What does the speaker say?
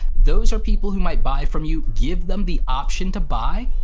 those are people who might buy from you, give them the option to buy,